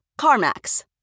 CarMax